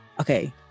okay